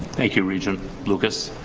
thank you. regent lucas.